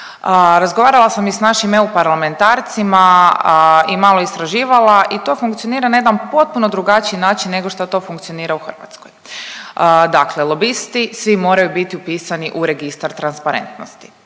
Razgovarala sam i s našim EU parlamentarcima i malo istraživala i to funkcionira na jedan potpuno drugačiji način nego što to funkcionira u Hrvatskoj. Dakle lobisti svi moraju biti upisani u registar transparentnosti